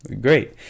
Great